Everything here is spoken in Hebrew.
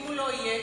אם הוא לא יהיה,